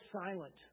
silent